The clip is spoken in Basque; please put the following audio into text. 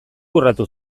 urratu